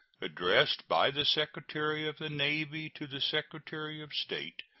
addressed by the secretary of the navy to the secretary of state,